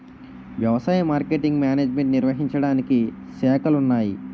వ్యవసాయ marketing management నిర్వహించడానికి శాఖలున్నాయి